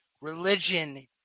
religion